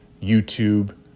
YouTube